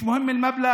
לא משנה הסכום,